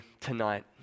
tonight